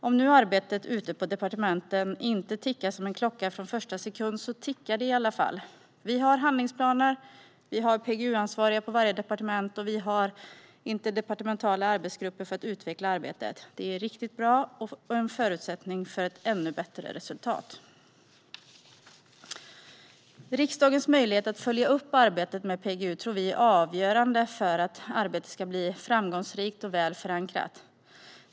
Om nu arbetet ute på departementen inte tickar som en klocka från första sekund så tickar det i alla fall! Vi har handlingsplaner, vi har PGU-ansvariga på varje departement och vi har interdepartementala arbetsgrupper för att utveckla arbetet. Detta är riktigt bra och en förutsättning för ett ännu bättre resultat. Riksdagens möjlighet att följa upp arbetet med PGU tror vi är avgörande för att arbetet ska bli framgångsrikt och väl förankrat.